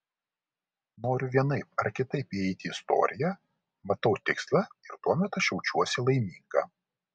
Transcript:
noriu vienaip ar kitaip įeiti į istoriją matau tikslą ir tuomet aš jaučiuosi laiminga